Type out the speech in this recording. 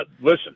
listen